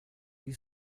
you